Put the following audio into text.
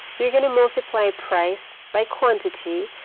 you're going to multiply price by quantity,